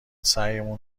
سعیمون